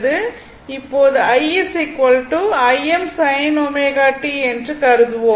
இப்போது i Im sin ω t என்று கருதுவோம்